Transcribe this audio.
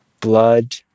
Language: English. blood